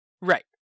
right